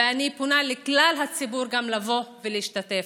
ואני פונה לכלל הציבור לבוא ולהשתתף.